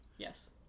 Yes